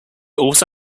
also